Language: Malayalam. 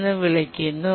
എന്ന് വിളിക്കുന്നു